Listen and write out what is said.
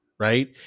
right